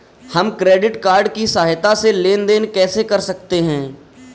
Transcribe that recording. हम credit card की सहायता से लेन देन कैसे कर सकते हैं?